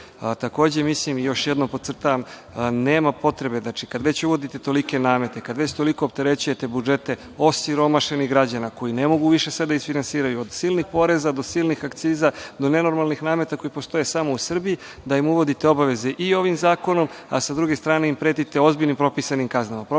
Takođe, mislim, još jednom podcrtavam, nema potrebe, kada već uvodite tolike namete, kada već toliko opterećujete budžete osiromašenih građana, koji ne mogu više sve da isfinansiraju, od silnih poreza do silnih akciza, do nenormalnih nameta koji postoje samo u Srbiji, da im uvodite obaveze i ovim zakonom, a s druge strane im pretite ozbiljnim propisanim kaznama,